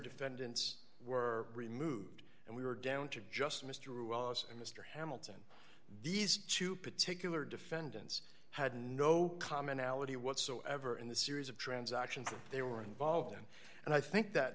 defendants were removed and we were down to just mr and mr hamilton these two particular defendants had no commonality whatsoever in the series of transactions that they were involved in and i think that